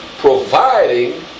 providing